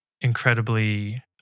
incredibly